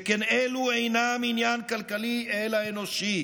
שכן אלו אינם עניין כלכלי אלא אנושי.